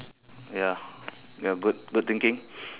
ya ya good good thinking